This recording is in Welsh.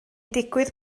digwydd